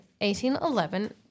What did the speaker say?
1811